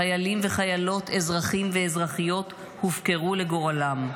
חיילים וחיילות, אזרחים ואזרחיות הופקרו לגורלם.